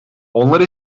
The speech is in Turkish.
onlar